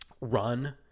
run